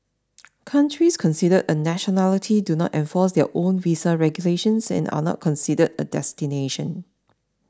countries considered a nationality do not enforce their own visa regulations and are not considered a destination